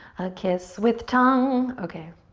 a kiss with tongue? okay.